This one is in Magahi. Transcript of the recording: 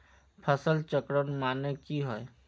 फसल चक्रण माने की होय?